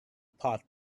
pot